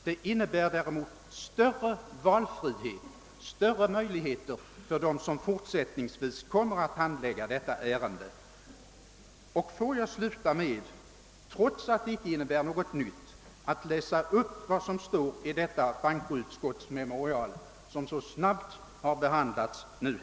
Det innebär däremot större valfrihet, större möjligheter för dem som fortsättningsvis kommer att handlägga detta ärende. Får jag, trots att det inte innebär något nytt, sluta med att läsa upp vad som står i detta bankoutskottets memorial, som så snabbt har behandlats här i natt.